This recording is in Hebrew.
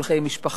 על חיי משפחה.